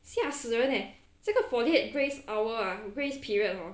吓死人 leh 这个 forty eight grace hour ah grace period hor